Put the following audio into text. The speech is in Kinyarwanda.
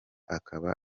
akaba